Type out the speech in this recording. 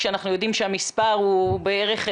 כשאנחנו יודעים שמספר המקומות הדרושים הוא בערך,